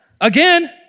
Again